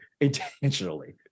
intentionally